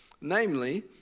Namely